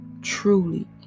truly